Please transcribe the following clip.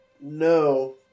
No